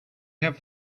have